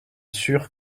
sûr